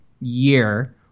year